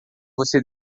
você